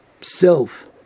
self